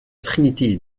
trinité